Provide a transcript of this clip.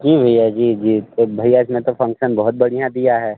जी भैया जी जी भैया इसमें तो फ़ंक्सन बहुत बढ़िया दिया है